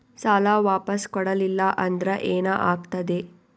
ಸಾಲ ವಾಪಸ್ ಕೊಡಲಿಲ್ಲ ಅಂದ್ರ ಏನ ಆಗ್ತದೆ?